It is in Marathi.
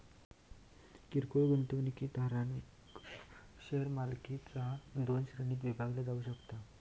किरकोळ गुंतवणूकदारांक शेअर मालकीचा दोन श्रेणींत विभागला जाऊ शकता